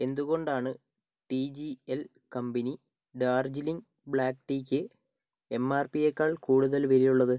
എന്തുകൊണ്ടാണ് T G L company Darjeeling black ടീയ്ക്ക് M R P യെക്കാൾ കൂടുതൽ വിലയുള്ളത്